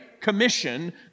commission